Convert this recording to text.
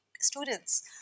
students